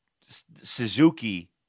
Suzuki